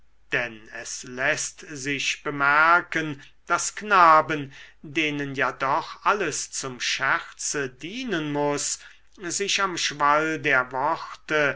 denn es läßt sich bemerken daß knaben denen ja doch alles zum scherze dienen muß sich am schall der worte